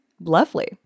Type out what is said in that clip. lovely